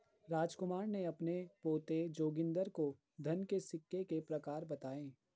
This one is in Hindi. रामकुमार ने अपने पोते जोगिंदर को धन के सिक्के के प्रकार बताएं